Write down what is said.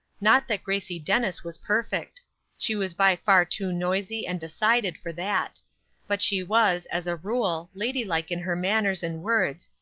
not that gracie dennis was perfect she was by far too noisy and decided for that but she was, as a rule lady-like in her manners and words,